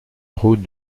route